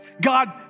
God